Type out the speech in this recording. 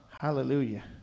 hallelujah